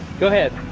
go ahead.